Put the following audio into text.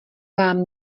vám